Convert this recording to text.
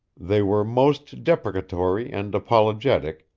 they were most deprecatory and apologetic,